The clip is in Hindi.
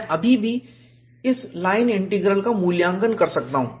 मैं अभी भी इस लाइन का इंटीग्रल मूल्यांकन कर सकता हूं